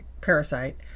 parasite